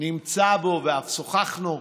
נמצא בו, ואף שוחחנו.